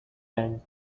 penned